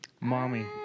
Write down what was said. Mommy